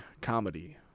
comedy